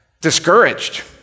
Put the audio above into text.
discouraged